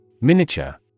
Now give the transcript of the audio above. Miniature